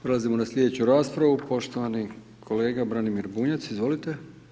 Prelazimo na slijedeću raspravu, poštovani kolega Branimir Bunjac, izvolite.